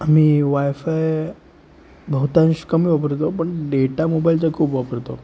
आम्ही wifi बहुतांश कमी वापरतो पण डेटा मोबाईलचा खूप वापरतो